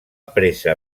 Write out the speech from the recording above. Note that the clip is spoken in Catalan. presa